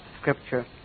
scripture